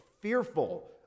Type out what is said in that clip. fearful